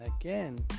again